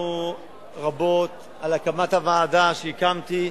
דיברנו רבות על הוועדה שהקמתי,